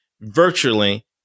virtually